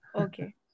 Okay